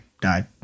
died